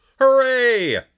Hooray